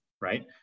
right